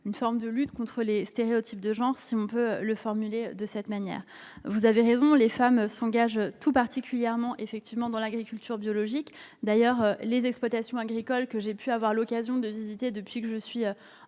bio et lutte contre les stéréotypes de genre, si l'on peut le formuler de cette manière. Vous avez raison, les femmes s'engagent tout particulièrement dans l'agriculture biologique. D'ailleurs, les exploitations agricoles que j'ai eu l'occasion de visiter depuis que je suis en